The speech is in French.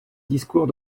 discours